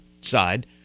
side